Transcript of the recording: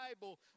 Bible